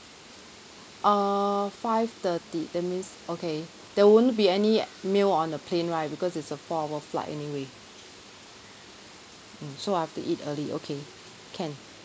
err five thirty that means okay there won't be any meal on the plane right because it's a four hour flight anyway mm so I have to eat early okay can